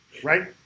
Right